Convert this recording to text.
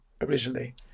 originally